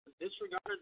disregard